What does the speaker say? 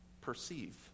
perceive